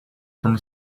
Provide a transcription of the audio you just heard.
from